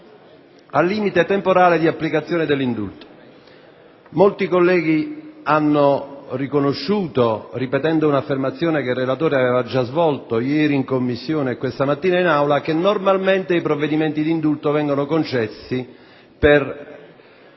al limite temporale di applicazione dell'indulto. Molti colleghi hanno riconosciuto, ripetendo un'affermazione che il relatore aveva fatto ieri in Commissione e stamattina in Aula, che normalmente i provvedimenti d'indulto vengono concessi per